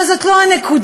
אבל זאת לא הנקודה.